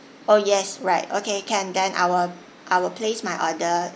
oh yes right okay can then I will I will place my order